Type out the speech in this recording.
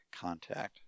contact